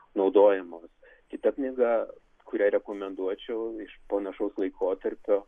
naudojamos kita knyga kurią rekomenduočiau iš panašaus laikotarpio